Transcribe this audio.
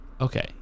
okay